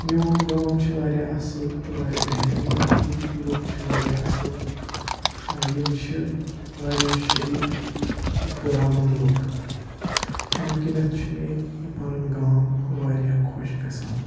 میون گام چھُ وارِیاہ اَصٕل تہٕ وارِیاہ بہتریٖن ییٚتِکۍ لُکھ چھِ وارِیاہ اَصٕل یِم چھِ وارِیاہ شریٖف تہٕ پُراَمُن لُکھ اَمہِ کِنٮ۪تھ چھِ مےٚ یہِ پَنُن گام وارِیاہ خۄش گَژھان